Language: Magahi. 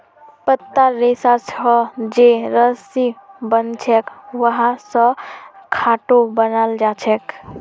पत्तार रेशा स जे रस्सी बनछेक वहा स खाटो बनाल जाछेक